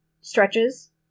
stretches